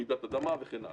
רעידת אדמה וכן הלאה.